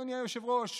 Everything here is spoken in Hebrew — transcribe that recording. אדוני היושב-ראש,